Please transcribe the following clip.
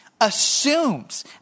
assumes